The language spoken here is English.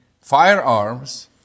firearms